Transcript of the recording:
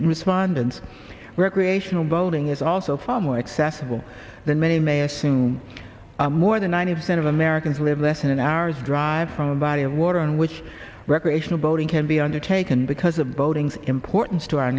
respondents recreational boating is also far more accessible than many may assume more than ninety percent of americans live less than an hour's drive from body of water on which recreational boating can be undertaken because of boating importance to our